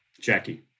Jackie